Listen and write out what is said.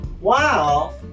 Wow